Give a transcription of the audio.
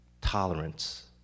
tolerance